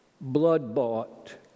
blood-bought